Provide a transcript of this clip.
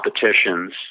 competitions